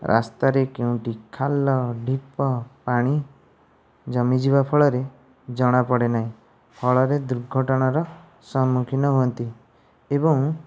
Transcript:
ରାସ୍ତାରେ କେଉଁଠି ଖାଲ ଢିପ ପାଣି ଜମିଯିବା ଫଳରେ ଜଣାପଡ଼େ ନାହିଁ ଫଳରେ ଦୁର୍ଘଟଣାର ସମ୍ମୁଖୀନ ହୁଅନ୍ତି ଏବଂ